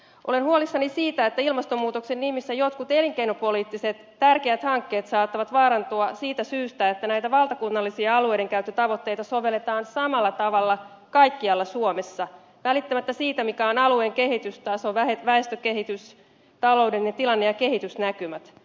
olen huolissani siitä että ilmastonmuutoksen nimissä jotkut tärkeät elinkeinopoliittiset hankkeet saattavat vaarantua siitä syystä että näitä valtakunnallisia alueidenkäyttötavoitteita sovelletaan samalla tavalla kaikkialla suomessa välittämättä siitä mikä on alueen kehitystaso väestökehitys taloudellinen tilanne ja kehitysnäkymät